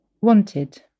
Wanted